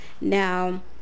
now